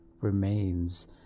remains